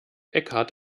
eckhart